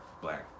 black